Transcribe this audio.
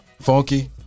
Funky